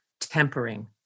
tempering